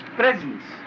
presence